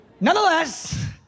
nonetheless